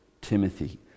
Timothy